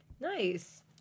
nice